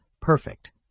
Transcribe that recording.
perfect